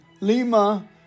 lima